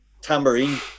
tambourine